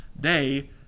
day